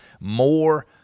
more